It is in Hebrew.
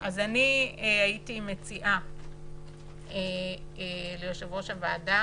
אז אני הייתי מציעה ליושב-ראש הוועדה